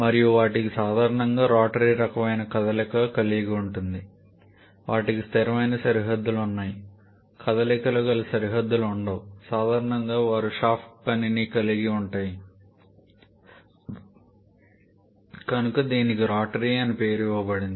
మరియు వాటికి సాధారణంగా రోటరీ రకమైన కదలికను కలిగి ఉంటాయి వాటికి స్థిర సరిహద్దులు ఉన్నాయి కదలికల గల సరిహద్దులు ఉండవు సాధారణంగా వారు షాఫ్ట్ పనిని కలిగి ఉంటాయి కనుక దీనికి రోటరీ అను పేరు ఇవ్వబడినది